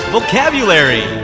Vocabulary